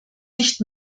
nicht